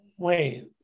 Wait